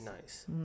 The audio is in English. Nice